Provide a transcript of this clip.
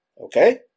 okay